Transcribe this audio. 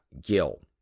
Gill